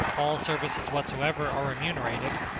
all services whatsoever are remunerated,